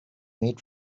made